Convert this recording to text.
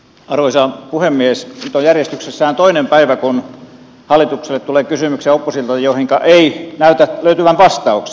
nyt on järjestyksessään toinen päivä kun hallitukselle tulee oppositiolta kysymyksiä joihinka ei näytä löytyvän vastauksia